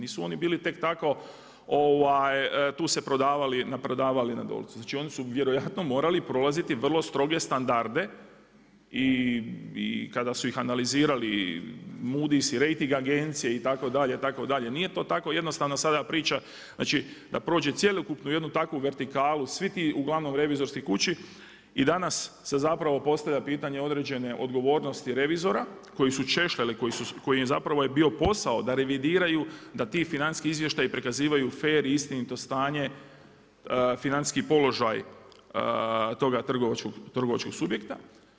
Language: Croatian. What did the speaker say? Nisu oni bili tek tako tu se prodavali na Dolcu, znači oni su vjerojatno morali prolaziti vrlo stroge standarde i kada su ih analizirali Moodys i rejting agencije itd. nije to tako jednostavna sada priča znači da prođe cjelokupnu jednu takvu vertikalu svi ti uglavnom revizorske kuće i danas se zapravo postavlja pitanje određene odgovornosti revizora koji su češljali kojima je zapravo bio posao da revidiraju da ti financijski izvještaji prikazivaju fer i istinito stanje financijski položaj toga trgovačkog subjekta.